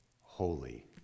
holy